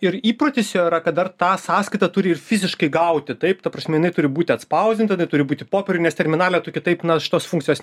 ir įprotis jo yra kad dar tą sąskaitą turi ir fiziškai gauti taip ta prasmė turi būti atspausdinta jinai turi būti popieriuj nes terminale tu kitaip na šitos funkcijos